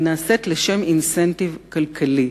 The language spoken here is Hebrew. היא נעשית בשל אינסנטיב כלכלי,